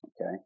Okay